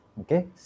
Okay